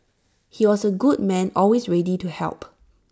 he was A good man always ready to help